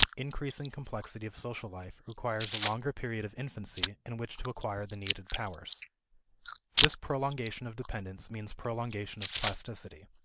increasing complexity of social life requires a longer period of infancy in which to acquire the needed powers this prolongation of dependence means prolongation of plasticity,